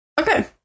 Okay